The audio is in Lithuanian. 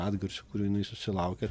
atgarsių kurių jinai susilaukia